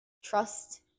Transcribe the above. trust